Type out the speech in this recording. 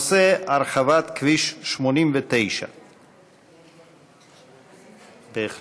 הנושא: הרחבת כביש 89. אדוני